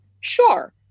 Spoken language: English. sure